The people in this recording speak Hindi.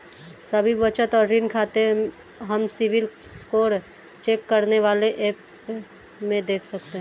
सभी बचत और ऋण खाते हम सिबिल स्कोर चेक करने वाले एप में देख सकते है